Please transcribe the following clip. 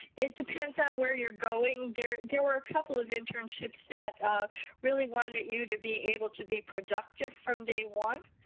it depends on where you're going. there there were a couple of internships that really wanted you to be able to be productive from day one.